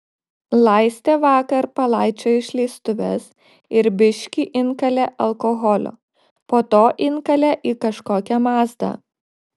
laistė vakar palaičio išleistuves ir biškį inkalė alkoholio po to inkalė į kažkokią mazdą